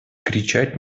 кричать